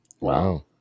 Wow